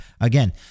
Again